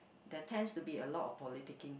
they tends to be a lot of politicking